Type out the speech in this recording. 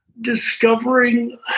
discovering